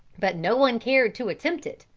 but no one cared to attempt it,